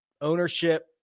Ownership